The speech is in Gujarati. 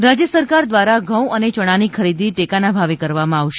ખરીદી રાજ્ય સરકાર દ્વારા ઘઉં અને યણાની ખરીદી ટેકાના ભાવે કરવામાં આવશે